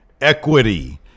equity